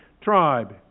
tribe